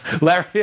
Larry